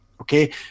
okay